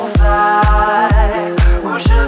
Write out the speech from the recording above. fly